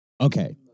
Okay